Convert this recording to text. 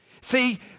See